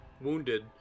wounded